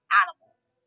animals